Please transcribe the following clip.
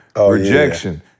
rejection